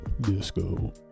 Disco